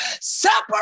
Separate